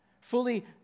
fully